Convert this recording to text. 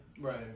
Right